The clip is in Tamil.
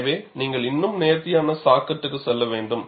எனவே நீங்கள் இன்னும் நேர்த்தியான சா கட்டுக்கு செல்ல வேண்டும்